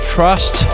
Trust